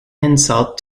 insult